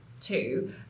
two